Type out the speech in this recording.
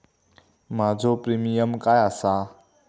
माझो प्रीमियम काय आसा?